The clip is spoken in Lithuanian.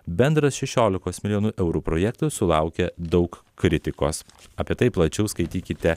bendras šešiolikos milijonų eurų projektas sulaukė daug kritikos apie tai plačiau skaitykite